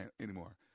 anymore